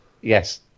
Yes